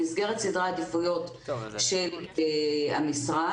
במסגרת סדרי עדיפויות של המשרד,